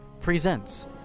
presents